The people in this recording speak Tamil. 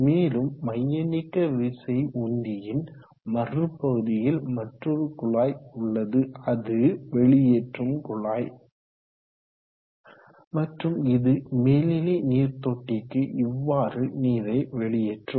மேலும் மையநீக்கவிசை உந்தியின் மறு பகுதியில் மற்றொரு குழாய் உள்ளது அது வெளியேற்றும் குழாய் மற்றும் இது மேல்நிலை நீர் தொட்டிக்கு இவ்வாறு நீரை வெளியேற்றும்